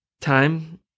time